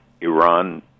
Iran